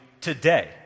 today